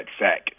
sack